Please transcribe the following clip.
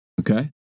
Okay